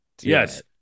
Yes